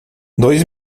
dois